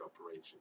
operation